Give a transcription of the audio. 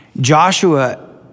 Joshua